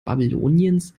babyloniens